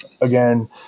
again